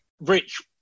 Rich